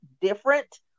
different